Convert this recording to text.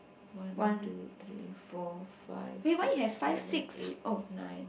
one two three four five six seven eight nine